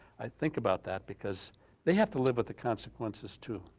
i think about that because they have to live with the consequences too,